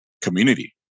community